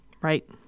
Right